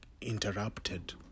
interrupted